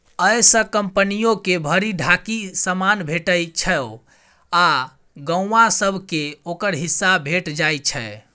अय सँ कंपनियो के भरि ढाकी समान भेटइ छै आ गौंआ सब केँ ओकर हिस्सा भेंट जाइ छै